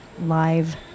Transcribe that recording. live